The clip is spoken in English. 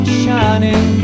shining